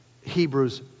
Hebrews